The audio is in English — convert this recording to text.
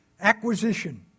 Acquisition